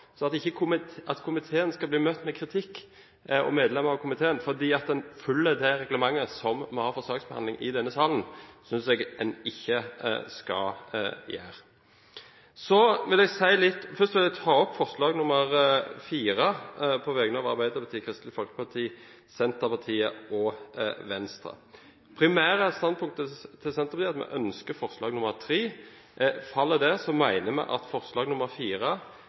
komiteen skal bli møtt med kritikk fordi man følger reglementet som man har for saksbehandling i denne salen. Jeg vil ta opp forslag nr. 4, på vegne av Arbeiderpartiet, Kristelig Folkeparti, Senterpartiet og Venstre. Primærstandpunktet til Senterpartiet er at vi ønsker å støtte forslag nr. 3. Faller det, mener vi at forslag